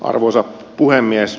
arvoisa puhemies